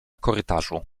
korytarzu